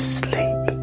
sleep